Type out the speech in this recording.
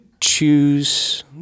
choose